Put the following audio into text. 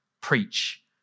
preach